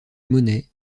monnet